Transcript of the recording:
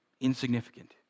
insignificant